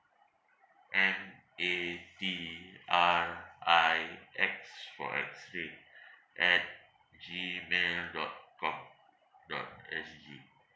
M A T R I X for extreme at G mail dot com dot S G